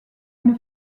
une